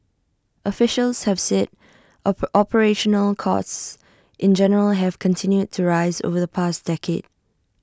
officials have said ope operational costs in general have continued to rise over the past decade